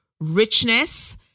richness